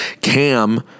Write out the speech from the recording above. Cam—